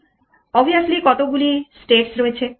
obviously কতগুলি states রয়েছে